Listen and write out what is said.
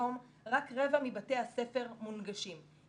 היום רק רבע מבתי הספר מונגשים.